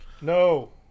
No